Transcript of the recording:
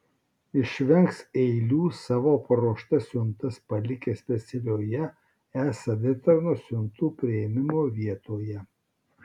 išvengs eilių savo paruoštas siuntas palikę specialioje e savitarnos siuntų priėmimo vietoje